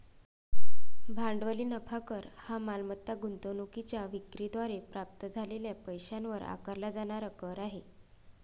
भांडवली नफा कर हा मालमत्ता गुंतवणूकीच्या विक्री द्वारे प्राप्त झालेल्या पैशावर आकारला जाणारा कर आहे